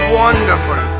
wonderful